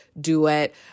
duet